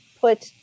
put